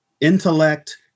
intellect